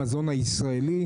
למזון הישראלי,